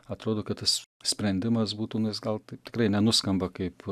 atrodo kad tas sprendimas būtų nu jis gal taip tikrai nenuskamba kaip